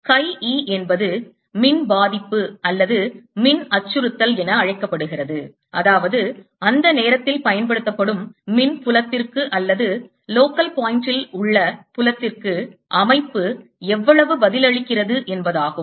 Chi e என்பது மின் பாதிப்பு அல்லது மின் அச்சுறுத்தல் என அழைக்கப்படுகிறது அதாவது அந்த நேரத்தில் பயன்படுத்தப்படும் மின் புலத்திற்கு அல்லது local point ல் உள்ள புலத்திற்கு அமைப்பு எவ்வளவு பதிலளிக்கிறது என்பதாகும்